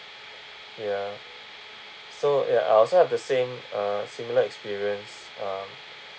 ya so ya I also have the same uh similar experience uh